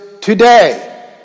today